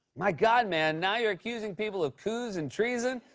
my god, man. now you're accusing people of coups and treason.